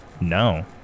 No